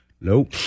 Nope